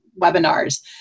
webinars